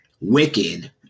*Wicked*